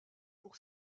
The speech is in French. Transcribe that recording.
pour